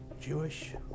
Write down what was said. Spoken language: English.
Jewish